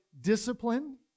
discipline